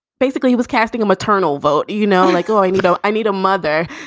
basically, he was casting a maternal vote. you know, like i you know, i need a mother.